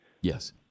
Yes